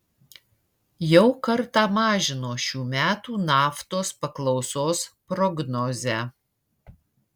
jau kartą mažino šių metų naftos paklausos prognozę